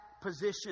position